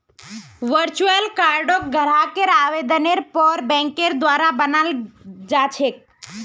virtual कार्डक ग्राहकेर आवेदनेर पर बैंकेर द्वारा बनाल जा छेक